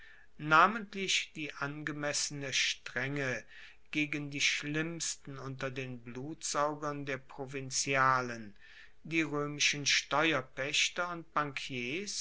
namentlich die angemessene strenge gegen die schlimmsten unter den blutsaugern der provinzialen die roemischen steuerpaechter und